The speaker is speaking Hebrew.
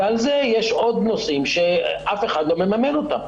ועל זה יש עוד נושאים שאף אחד לא מממן אותם.